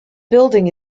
building